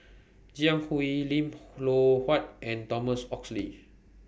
Jiang Hu Lim Loh Huat and Thomas Oxley